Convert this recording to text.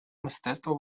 мистецтво